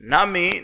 Nami